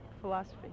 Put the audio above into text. Philosophy